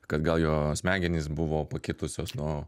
kad gal jo smegenys buvo pakitusios nuo